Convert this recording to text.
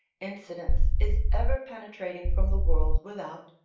incidents, is ever penetrating from the world without,